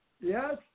yes